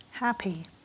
Happy